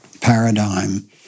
paradigm